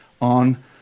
on